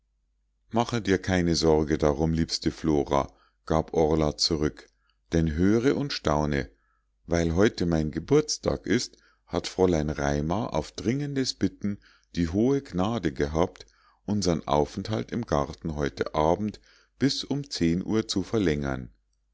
mache dir keine sorge darum liebste flora gab orla zurück denn höre und staune weil heute mein geburtstag ist hat fräulein raimar auf dringendes bitten die hohe gnade gehabt unsern aufenthalt im garten heute abend bis um zehn uhr zu verlängern